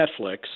Netflix